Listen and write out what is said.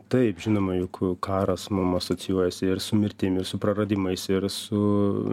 taip žinoma juk karas mum asocijuojasi ir su mirtim ir su praradimais ir su